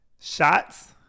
Shots